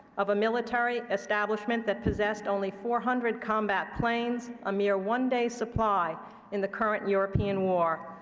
of a military establishment that possessed only four hundred combat planes, a mere one-day supply in the current european war,